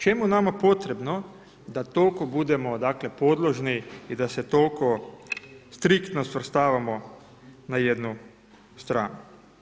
Čemu je nama potrebno da toliko budemo podložni i da se toliko striktno svrstavamo na jednu stranu?